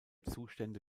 zustände